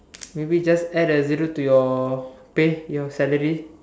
maybe just add a zero to your pay your salary